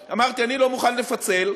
אמרתי: אני לא מוכן לפצל,